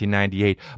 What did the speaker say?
1998